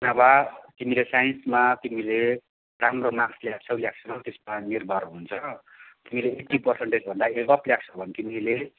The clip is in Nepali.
नभए तिमीले साइन्समा तिमीले राम्रो मार्क्स ल्याएको छौ ल्याएको छैनौ त्यसमा निर्भर हुन्छ कि एट्टी पर्सन्टेजभन्दा एबभ ल्याएको छौ भने तिमीले